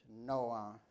Noah